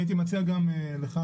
הייתי מציע גם לך,